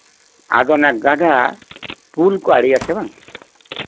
ᱟᱫᱚ ᱚᱱᱟ ᱜᱟᱰᱟ ᱯᱳᱞ ᱠᱚ ᱟᱬᱮᱭᱟ ᱥᱮ ᱵᱟᱝ